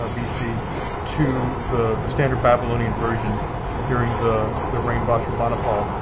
ah bc to the the standard babylonian version ah during the the reign of ashurbanipal.